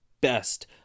best